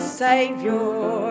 savior